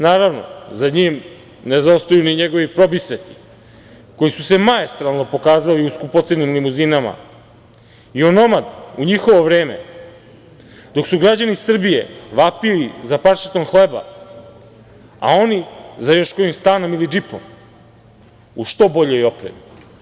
Naravno, za njim ne zaostaju ni njegovi probisveti koji su se maestralno pokazali u skupocenim limuzinama i onomad u njihovo vreme, dok su građani Srbije vapili za parčetom hleba, a oni za još kojim stanom ili džipom u što boljoj opremi.